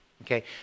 Okay